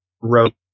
road